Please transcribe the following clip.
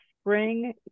spring